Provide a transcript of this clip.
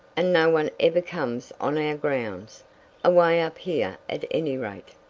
and no one ever comes on our grounds away up here at any rate.